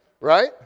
Right